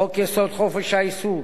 חוק-יסוד: חופש העיסוק,